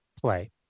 play